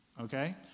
Okay